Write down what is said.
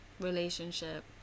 relationship